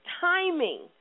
timing